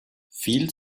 viel